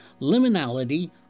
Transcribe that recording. Liminality